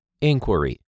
inquiry